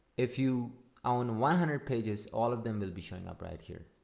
if you own one hundred pages all of them will be shown ah right here